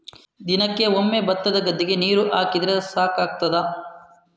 ದಿನಕ್ಕೆ ಒಮ್ಮೆ ಭತ್ತದ ಗದ್ದೆಗೆ ನೀರು ಹಾಕಿದ್ರೆ ಸಾಕಾಗ್ತದ?